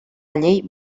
llei